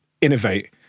innovate